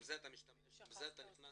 עם זה אתה משתמש, עם זה אתה נכנס.